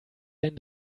ein